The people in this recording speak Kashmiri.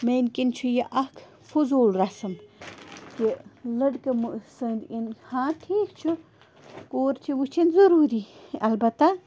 میانۍ کِنۍ چھُ یہِ اَکہ فُضوٗل رسم کہِ لَڑکہٕ سنٛدۍ یِنۍ ہا ٹھیٖک چھُ کوٗر چھِ وُچھِنۍ ضُروٗری البتہ